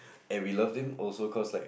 and we love him also cause like